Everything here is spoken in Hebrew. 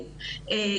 אני לא יודעת,